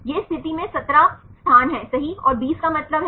ये स्थिति में 17 स्थान हैं सही और 20 का मतलब हैं